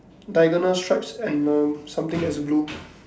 diagonal stripes and err something that's blue